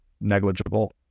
negligible